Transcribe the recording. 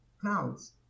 clouds